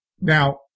now